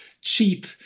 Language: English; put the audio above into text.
cheap